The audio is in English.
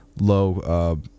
low